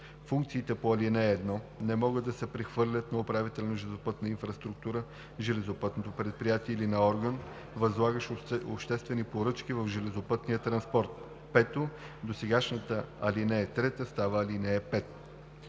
Функциите по ал. 1 не могат да се прехвърлят на управител на железопътната инфраструктура, железопътно предприятие или на орган, възлагащ обществени поръчки в железопътния транспорт.“ 5. Досегашната ал. 3 става ал. 5.“